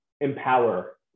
empower